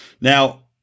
Now